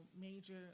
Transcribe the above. major